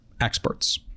experts